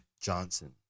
Johnson